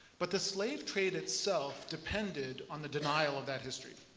but the slave trade itself depended on the denial of that history.